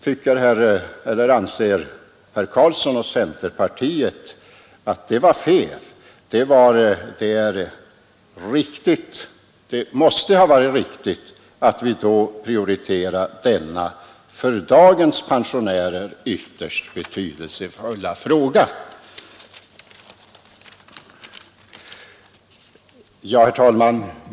Anser herr Carlsson och centerpartiet att det var fel? Det måste ha varit riktigt att då prioritera denna för dagens pensionärer ytterst betydelsefulla fråga. Herr talman!